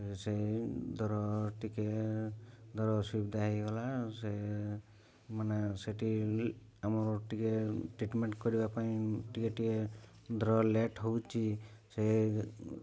ସେ ଧର ଟିକେ ଧର ଅସୁବିଧା ହେଇଗଲା ସେ ମାନେ ସେଇଠି ଆମର ଟିକେ ଟ୍ରିଟମେଣ୍ଟ କରିବା ପାଇଁ ଟିକେ ଟିକେ ଧର ଲେଟ୍ ହେଉଛି ସେ